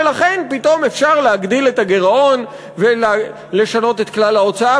ולכן פתאום אפשר להגדיל את הגירעון ולשנות את כלל ההוצאה,